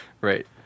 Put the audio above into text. Right